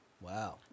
wow